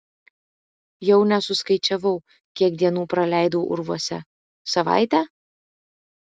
jau nesuskaičiavau kiek dienų praleidau urvuose savaitę